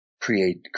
create